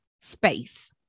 space